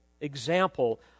example